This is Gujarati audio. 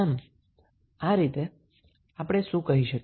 આમ આ રીતે આપણે શું કહી શકીએ